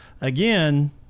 again